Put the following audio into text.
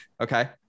Okay